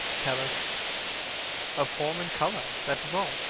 tell us of form and colour that is all.